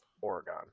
Oregon